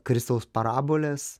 kristaus parabolės